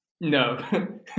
No